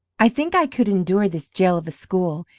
i think i could endure this jail of a school,